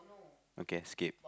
okay skip